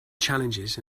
challenges